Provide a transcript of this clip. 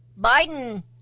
Biden